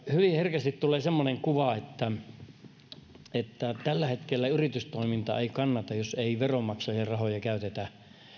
hyvin herkästi tulee semmoinen kuva että että tällä hetkellä yritystoiminta ei kannata jos ei veronmaksajien rahoja käytetä